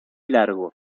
largo